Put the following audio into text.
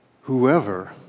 Whoever